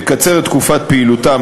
לקצר את תקופת פעילותה,